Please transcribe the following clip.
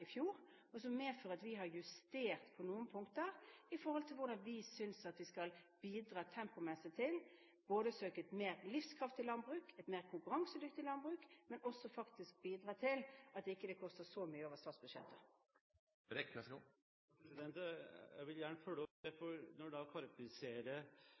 i fjor, og som medfører at vi har justert på noen punkter i forhold til hvordan vi synes at vi skal bidra tempomessig til å søke både et mer livskraftig landbruk og et mer konkurransedyktig landbruk, og faktisk også bidra til at det ikke koster så mye over statsbudsjettet. Jeg vil gjerne følge opp det,